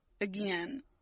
Again